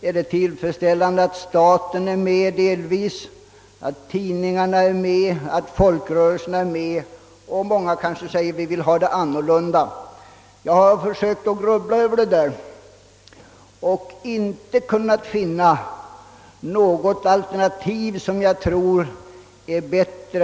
Är det tillfredsställande att staten är med i viss utsträckning och att tidningarna och folkrörelserna är med? Många vill kanske ha det annorlunda. Jag har grubblat över den saken men inte kunnat finna något alternativ som är bättre än det nuvarande systemet.